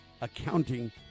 accounting